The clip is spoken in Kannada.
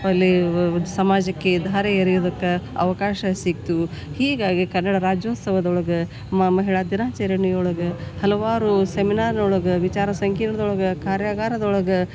ಅಲ್ಲಿ ಸಮಾಜಕ್ಕೆ ಧಾರೆ ಎರಿಯೋದಕ್ಕೆ ಅವಕಾಶ ಸಿಕ್ತು ಹೀಗಾಗಿ ಕನ್ನಡ ರಾಜ್ಯೋತ್ಸವದೊಳಗೆ ಮಹಿಳಾ ದಿನಾಚರಣೆ ಒಳಗೆ ಹಲವಾರು ಸೆಮಿನಾರ್ ಒಳಗೆ ವಿಚಾರ ಸಂಕೀರ್ಣದೊಳಗೆ ಕಾರ್ಯಗಾರದೊಳಗೆ